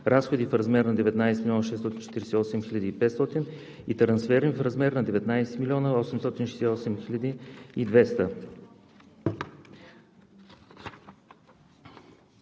разходи в размер на 19 648 500 лв. и трансфери в размер на 19 868 200